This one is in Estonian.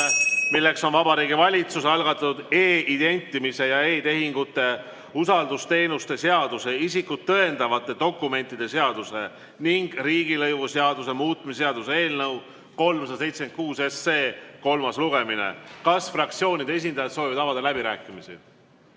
milleks on Vabariigi Valitsuse algatatud e-identimise ja e-tehingute usaldusteenuste seaduse, isikut tõendavate dokumentide seaduse ning riigilõivuseaduse muutmise seaduse eelnõu 376 kolmas lugemine. Kas fraktsioonide esindajad soovivad avada läbirääkimisi?